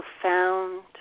Profound